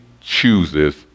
chooses